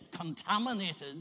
contaminated